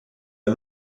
der